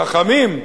חכמים,